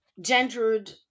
gendered